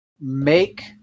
make